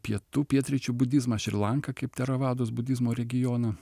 pietų pietryčių budizmą šri lanką kaip teravados budizmo regioną